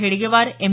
Hedgewar M